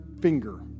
finger